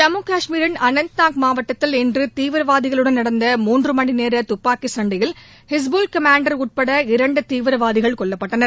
ஜம்மு கஷ்மீரின் அனந்நாக் மாவட்டத்தில் இன்று தீவிரவாதிகளுடன் நடந்த மூன்று மணி நேர துப்பாக்கி சண்டையில் ஹிஸ்புல் கமாண்டர் உட்பட இண்டு தீவிரவாதிகள் கொல்லப்பட்டனர்